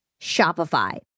Shopify